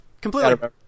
completely